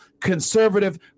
conservative